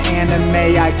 anime